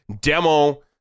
demo